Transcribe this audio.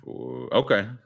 Okay